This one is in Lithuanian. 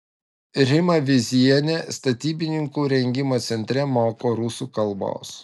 rima vyzienė statybininkų rengimo centre moko rusų kalbos